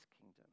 kingdom